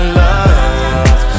love